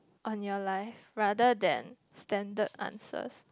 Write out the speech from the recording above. on your life rather than standard answers